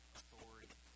authority